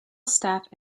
staff